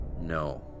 No